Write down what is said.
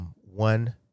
One